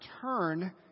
turn